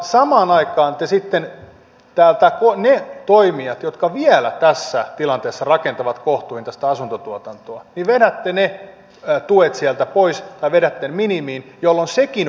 samaan aikaan sitten niiltä toimijoilta jotka vielä tässä tilanteessa rakentavat kohtuuhintaista asuntotuotantoa vedätte ne tuet pois tai vedätte ne minimiin jolloin sekin vaarantuu